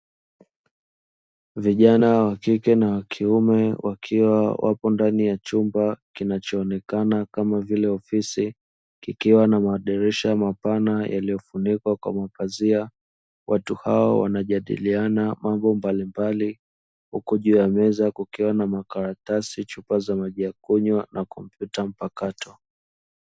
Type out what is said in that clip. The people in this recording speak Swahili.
Vijana (wakike na wakiume) wakiwa wapo ndani ya chumba kinachoonekana kama vile ofisi kikiwa na madirisha mapana yaliyo funikwa kwa mapazia, watu hawa wana jadiliana mambo mbalimbali huku juu ya meza kukiwa na: makaratasi, chupa za maji ya kunywa na kompyuta mpakato.